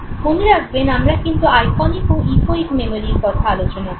মনে রাখবেন আমরা কিন্তু আইকনিক ও ইকোয়িক মেমোরির কথা আলোচনা করছি